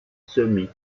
semis